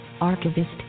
archivist